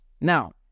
Now